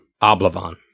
Oblivion